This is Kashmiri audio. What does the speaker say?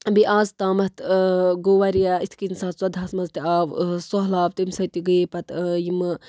بیٚیہِ آز تامَتھ گوٚو واریاہ یِتھ کَنۍ زٕ ساس ژۄدہَس منٛز تہِ آو سہلاب تَمہِ سۭتۍ تہِ گٔیے پَتہٕ یِمہٕ